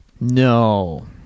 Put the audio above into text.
No